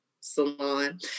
salon